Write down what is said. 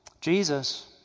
Jesus